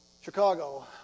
Chicago